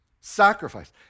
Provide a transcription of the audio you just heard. Sacrifice